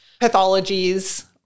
pathologies